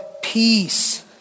Peace